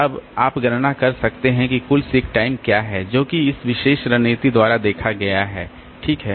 अब आप गणना कर सकते हैं कि कुल सीक टाइम क्या है जो कि इस विशेष रणनीति द्वारा देखा गया है ठीक है